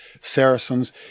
Saracens